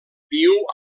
viu